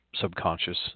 subconscious